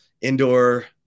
indoor